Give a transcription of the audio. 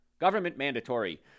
government-mandatory